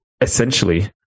Essentially